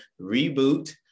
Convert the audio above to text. reboot